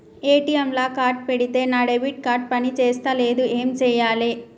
ATM లా card పెడితే నా డెబిట్ కార్డ్ పని చేస్తలేదు ఏం చేయాలే?